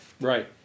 Right